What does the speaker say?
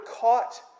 caught